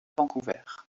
vancouver